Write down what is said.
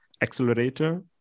Accelerator